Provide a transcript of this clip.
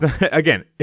again